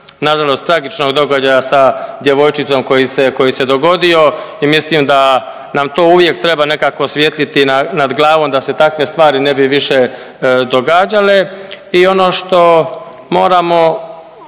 nažalost tragičnog događaja sa djevojčicom koji se dogodio i mislim da nam to uvijek treba nekako svijetliti nad glavom da se takve stvari ne bi više događale i ono što moramo